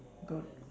got